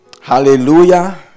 Hallelujah